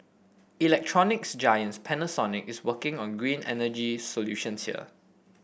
electronics giants Panasonic is working on green energy solutions here